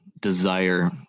desire